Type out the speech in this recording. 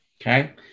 Okay